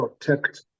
Protect